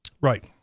Right